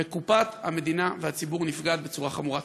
וקופת המדינה והציבור נפגעים בצורה חמורה.